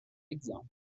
exemple